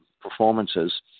performances